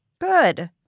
Good